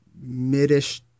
mid-ish